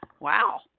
Wow